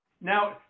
Now